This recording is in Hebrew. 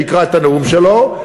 שיקרא את הנאום שלו.